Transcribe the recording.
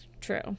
true